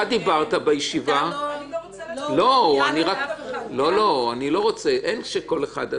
דיברת בישיבה -- אני לא רוצה לדבר --- אין כל אחד.